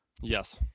Yes